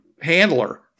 Handler